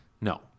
No